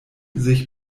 sich